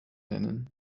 nennen